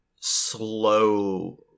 slow